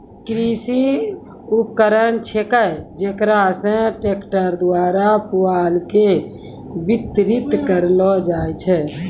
कृषि उपकरण छेकै जेकरा से ट्रक्टर द्वारा पुआल के बितरित करलो जाय छै